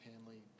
Hanley